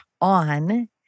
on